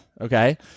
okay